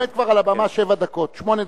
אתה עומד כבר על הבמה שבע דקות, שמונה דקות.